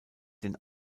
den